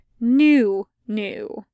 new-new